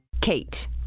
KATE